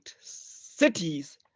cities